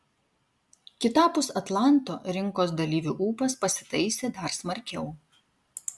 kitapus atlanto rinkos dalyvių ūpas pasitaisė dar smarkiau